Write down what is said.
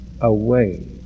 away